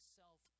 self